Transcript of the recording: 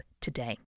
today